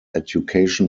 education